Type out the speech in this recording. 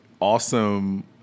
Awesome